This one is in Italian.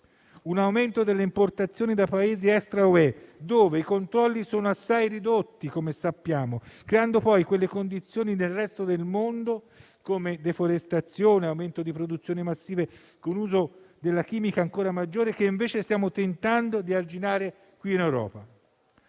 un aumento delle importazioni da Paesi extra-UE, dove i controlli sono assai ridotti, come sappiamo, creando poi quelle condizioni nel resto del mondo (come deforestazione e aumento delle produzioni massive con uso della chimica ancora maggiore) che invece stiamo tentando di arginare qui in Europa.